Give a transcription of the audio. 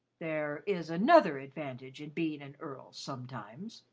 there is another advantage in being an earl, sometimes,